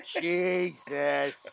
Jesus